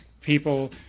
people